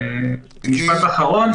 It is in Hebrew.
בבקשה.